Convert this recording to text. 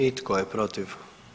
I tko je protiv?